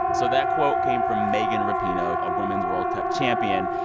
so that quote came from megan rapinoe, a women's world cup champion.